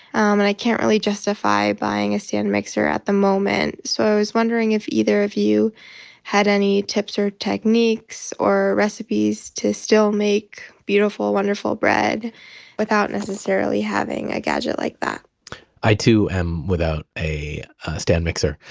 and i can't really justify buying a stand mixer at the moment. so i was wondering if either of you had any tips or techniques or recipes to still make beautiful, wonderful bread without necessarily having a gadget like that i too am without a stand mixer.